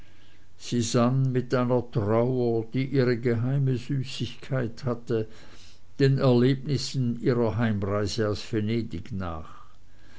sie sann mit einer trauer die ihre geheime süßigkeit hatte den erlebnissen ihrer heimreise aus venedig nach